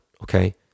Okay